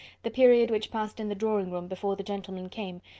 the period which passed in the drawing-room, before the gentlemen came,